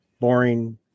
boring